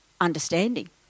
understanding